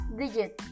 digit